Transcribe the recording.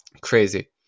Crazy